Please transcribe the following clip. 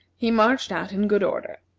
he marched out in good order.